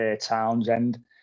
townsend